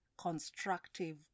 constructive